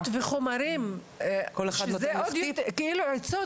אימאן ח'טיב יאסין